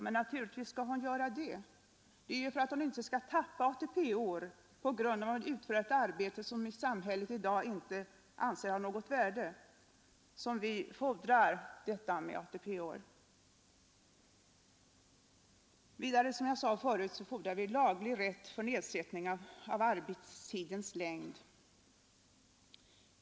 Men naturligtvis skall hon göra det; det är för att hon inte skall tappa ATP-år på grund av att hon utför ett arbete som samhället i dag inte anser har något värde som vi förordar detta med ATP-år. Vidare föreslår vi, som jag sade tidigare, laglig rätt till nedsättning av arbetstidens längd.